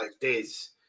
days